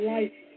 Life